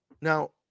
now